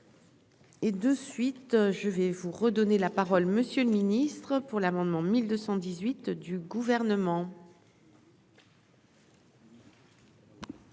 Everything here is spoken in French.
Et de suite, je vais vous redonner la parole monsieur le Ministre pour l'amendement 1218 du gouvernement.